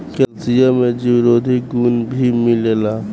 calcium में जीवरोधी गुण भी मिलेला